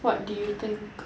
what do you think